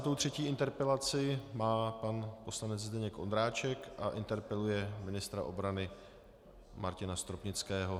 Čtyřicátou třetí interpelaci má pan poslanec Zdeněk Ondráček a interpeluje ministra obrany Martina Stropnického.